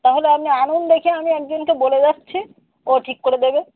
তাহলে আপনি আনুন দেখি আমি একজনকে বলে যাচ্ছি ও ঠিক করে দেবে